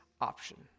option